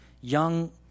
Young